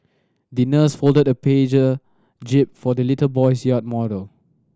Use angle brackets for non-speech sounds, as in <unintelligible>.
the nurse folded a <unintelligible> jib for the little boy's yacht model